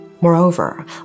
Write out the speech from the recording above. Moreover